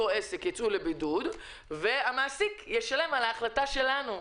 עסק ייצאו לבידוד והמעסיק ישלם על ההחלטה שלנו.